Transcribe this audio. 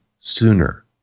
sooner